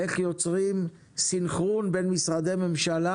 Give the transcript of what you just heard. איך יוצרים סנכרון בין משרדי ממשלה,